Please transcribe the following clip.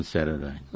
Saturday